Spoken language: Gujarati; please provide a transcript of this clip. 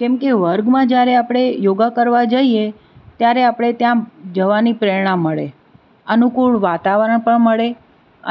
કેમકે વર્ગમાં જયારે આપણે યોગા કરવા જઇએ ત્યારે આપણે ત્યાં જવાની પ્રેરણા મળે અનુકૂળ વાતાવરણ પણ મળે